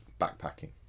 backpacking